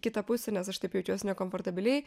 kitą pusę nes aš taip jaučiuos nekomfortabiliai